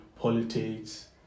politics